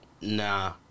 nah